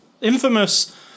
Infamous